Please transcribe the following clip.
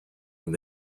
when